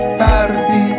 tardi